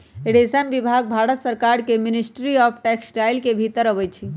रेशम विभाग भारत सरकार के मिनिस्ट्री ऑफ टेक्सटाइल के भितर अबई छइ